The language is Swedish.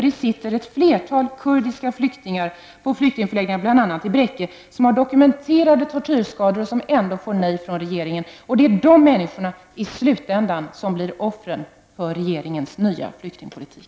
Det sitter ett flertal kurdiska flyktingar på flyktingförläggningar, bl.a. i Bräcke, som har dokumenterade tortyrskador men som ändå får nej från regeringen. Det är i slutändan de människorna som blir offren för regeringens nya flyktingpolitik.